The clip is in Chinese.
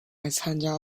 参加